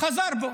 חזר בו.